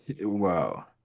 Wow